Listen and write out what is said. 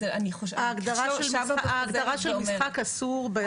אני שבה חוזרת ואומרת --- ההגדרה של משחק אסור בחוק